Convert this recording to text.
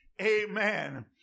Amen